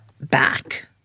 back